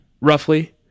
Roughly